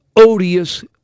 odious